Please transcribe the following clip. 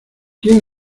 quién